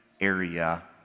area